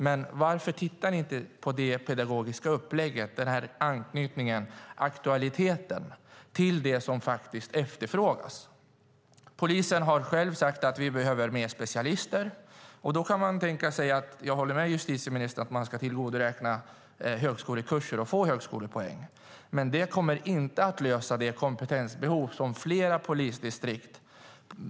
Men varför tittar ni inte på det pedagogiska upplägget med anknytningen till aktualiteten och det som faktiskt efterfrågas? Polisen har själv sagt att de behöver mer specialister. Jag håller med justitieministern om att eleverna ska få tillgodoräkna sig högskolekurser och få högskolepoäng. Men det kommer inte att lösa det kompetensbehov som finns hos flera polisdistrikt.